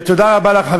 ותודה רבה לך,